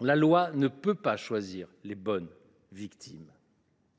la loi ne peut choisir les « bonnes victimes